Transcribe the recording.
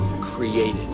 created